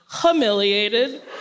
humiliated